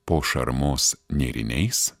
po šarmos nėriniais